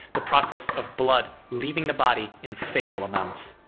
the process of blood leaving the body in fatal amounts.